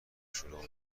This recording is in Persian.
شروع